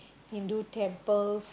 Hindu temples